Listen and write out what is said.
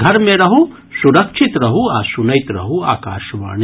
घर मे रहू सुरक्षित रहू आ सुनैत रहू आकाशवाणी